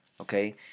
Okay